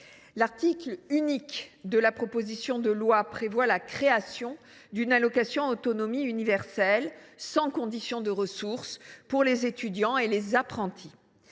L’article unique de la proposition de loi prévoit la création d’une allocation autonomie universelle, sans condition de ressources, pour les étudiants et les apprentis.